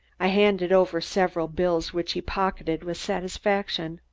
i handed over several bills, which he pocketed with satisfaction.